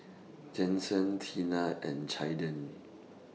Jensen Teena and Caiden